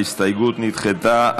מאיר כהן,